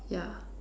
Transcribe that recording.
ya